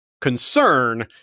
concern